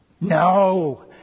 No